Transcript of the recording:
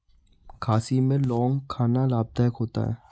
खांसी में लौंग खाना लाभदायक होता है